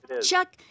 Chuck